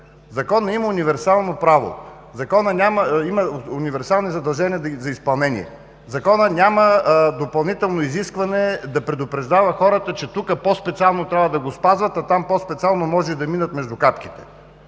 Законът има универсално право, законът има универсални задължения за изпълнение. Законът няма допълнително изискване да предупреждава хората, че тук по-специално трябва да го спазват, а там по-специално могат да минат между капките.